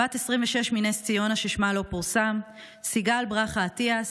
בת 26 מנס ציונה ששמה לא פורסם, סיגל ברכה אטיאס,